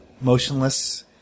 motionless